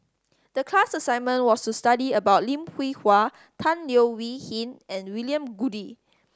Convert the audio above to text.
the class assignment was to study about Lim Hwee Hua Tan Leo Wee Hin and William Goode